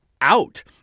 out—